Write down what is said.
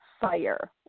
fire